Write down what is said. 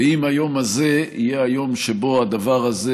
ואם היום הזה יהיה היום שבו הדבר הזה